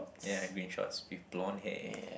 ya green shorts with blond hair